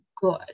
good